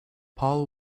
paul